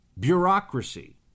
Bureaucracy